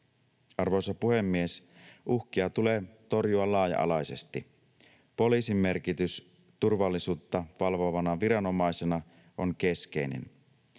Arvoisa puhemies! Uhkia tulee torjua laaja-alaisesti. Poliisin merkitys turvallisuutta valvovana viranomaisena on keskeinen.